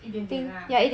一点点 lah